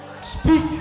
Speak